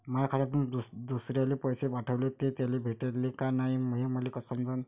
माया खात्यातून दुसऱ्याले पैसे पाठवले, ते त्याले भेटले का नाय हे मले कस समजन?